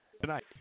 Tonight